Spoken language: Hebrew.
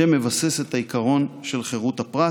שמבסס את העיקרון של חירות הפרט.